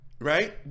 Right